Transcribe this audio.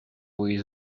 with